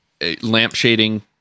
lampshading